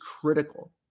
critical